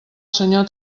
senyor